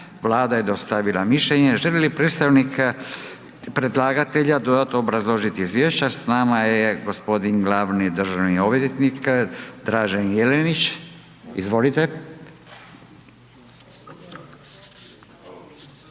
Vlada je dostavila mišljenje. Želi li predstavnik predlagatelja dodatno obrazložiti izvješće? S nama je gospodin glavni državni odvjetnik Dražen Jelenić. Izvolite. …